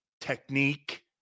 technique